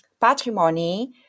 patrimony